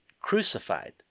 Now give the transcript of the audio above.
crucified